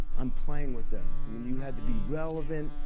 i'm playing with them. i mean you had to be relevant.